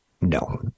No